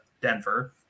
denver